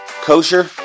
kosher